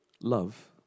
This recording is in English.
love